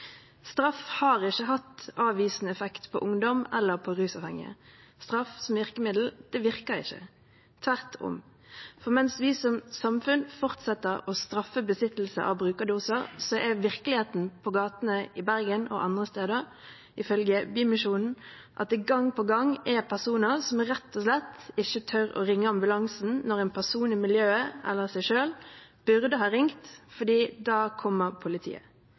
Straff har ikke hatt avvisende effekt på ungdom eller på rusavhengige. Straff som virkemiddel virker ikke. Tvert om, for mens vi som samfunn fortsetter å straffe besittelse av brukerdoser, er virkeligheten på gatene i Bergen og andre steder, ifølge Bymisjonen, at det gang på gang er personer som rett og slett ikke tør å ringe ambulansen når en person i miljøet eller en selv burde ha ringt, for da kommer politiet.